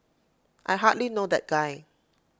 I hardly know that guy